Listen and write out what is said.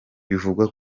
bivugwa